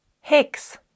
Hex